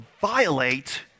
violate